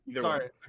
Sorry